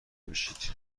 بشید